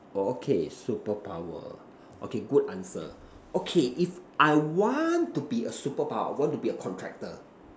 okay superpower okay good answer okay if I want to be a superpower I want to be a contractor